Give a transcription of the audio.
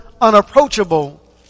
unapproachable